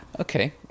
Okay